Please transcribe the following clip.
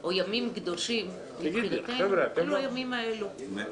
או ימים קדושים לחלקנו אלה הימים האלה.